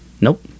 Nope